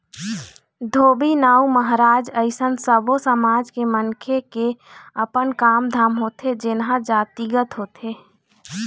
धोबी, नाउ, महराज अइसन सब्बो समाज के मनखे के अपन काम धाम होथे जेनहा जातिगत होथे